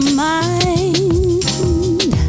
mind